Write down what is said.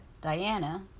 Diana